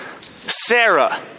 Sarah